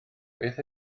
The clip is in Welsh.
beth